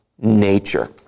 nature